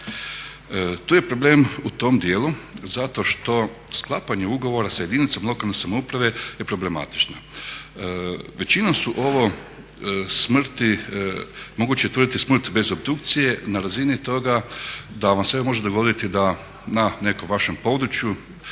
Tu je problem u tom dijelu zato što sklapanje ugovora sa jedinicom lokalne samouprave je problematično. Većinom su ovo smrti, moguće je utvrditi smrt bez obdukcije na razini toga da vam se može dogoditi da na nekom vašem području